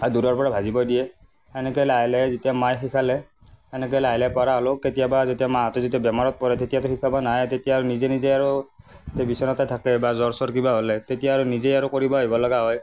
আৰু দূৰৰপৰা ভাজিব দিয়ে এনেকৈ লাহে লাহে যেতিয়া মায়ে শিকালে এনেকৈ লাহে লাহে পৰা হ'লোঁ কেতিয়াবা যেতিয়া মাহঁতে য়েতিয়া বেমাৰত পৰে তেতিয়াটো শিকাব নাহে তেতিয়া আৰু নিজে নিজে আৰু তেতিয়া বিচনাতে থাকে বা জ্বৰ চৰ কিবা হ'লে তেতিয়া আৰু নিজে আৰু কৰিব আহিব লগা হয়